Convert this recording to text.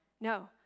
No